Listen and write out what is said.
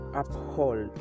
uphold